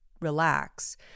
relax